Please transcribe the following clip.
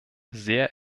sehr